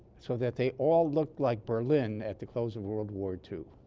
so that they all looked like berlin at the close of world war two